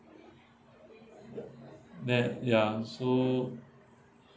that ya so